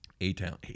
A-Town